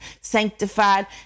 sanctified